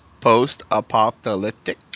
Post-apocalyptic